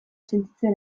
sentitzen